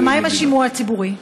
ומה עם השימוע הציבורי?